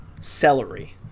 celery